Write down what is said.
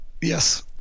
Yes